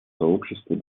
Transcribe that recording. сообщества